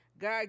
God